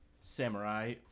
samurai